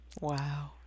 Wow